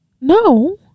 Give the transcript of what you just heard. No